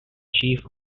chief